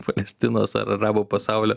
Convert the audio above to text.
palestinos ar arabų pasaulio